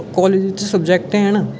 college बिच्च subject हैन